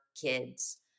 kids